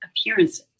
appearances